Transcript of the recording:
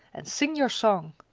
and sing your song!